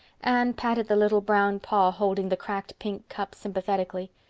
anne patted the little brown paw holding the cracked pink cup sympathetically.